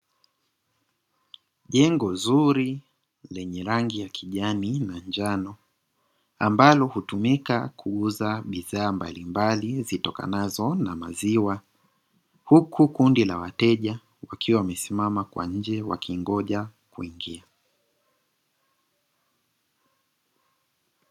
Jengo zuri lenye rangi ya kijani na njano, ambalo hutumika kuuza bidhaa mbalimbali zitokanazo na maziwa, huku kundi la wateja wakiwa wamesimama kwa nje wakingoja kuingia.